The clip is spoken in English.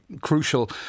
crucial